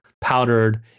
powdered